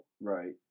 right